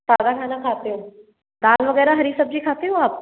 सादा खाना कहते हो दाल वगैरह हरी सब्ज़ी खाते हो आप